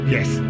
Yes